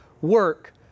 work